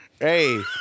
Hey